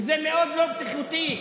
וזה מאוד לא בטיחותי.